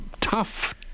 tough